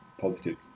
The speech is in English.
positive